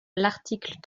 l’article